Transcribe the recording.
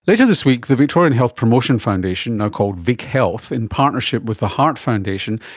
later this week the victorian health promotion foundation, now called vichealth, in partnership with the heart foundation,